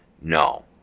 No